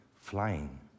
flying